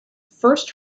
first